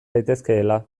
daitezkeela